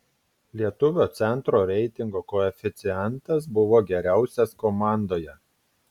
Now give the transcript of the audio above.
lietuvio centro reitingo koeficientas buvo geriausias komandoje